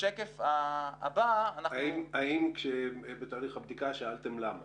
בשקף הבא --- האם בתהליך הבדיקה שאלתם למה